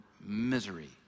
misery